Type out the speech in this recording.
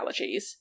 allergies